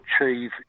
achieve